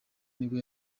nibwo